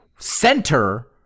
center